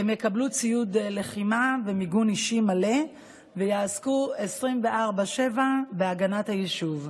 הם יקבלו ציוד לחימה ומיגון אישי מלא ויעסקו 24/7 בהגנת היישוב.